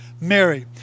Mary